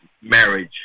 marriage